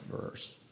verse